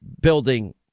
building